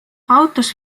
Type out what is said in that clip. autos